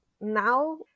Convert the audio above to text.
now